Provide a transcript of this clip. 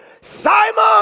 Simon